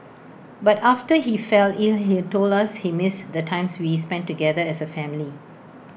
but after he fell ill he told us he missed the times we spent together as A family